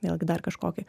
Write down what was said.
vėlgi dar kažkokį